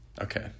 Okay